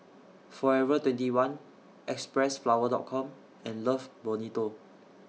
Forever twenty one Xpressflower Com and Love Bonito